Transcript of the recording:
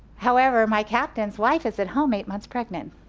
however my captain's wife is at home eight months pregnant.